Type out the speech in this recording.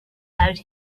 out